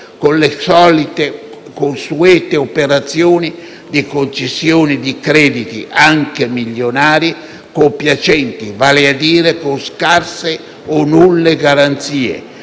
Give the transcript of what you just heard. con le solite consuete operazioni di concessione di crediti (anche milionari) compiacenti, vale a dire con scarse o nulle garanzie